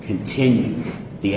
continues the